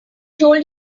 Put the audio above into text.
told